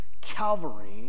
Calvary